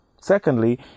Secondly